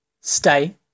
Stay